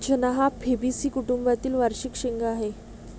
चणा हा फैबेसी कुटुंबातील वार्षिक शेंगा आहे